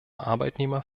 arbeitnehmer